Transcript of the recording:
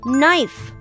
knife